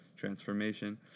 transformation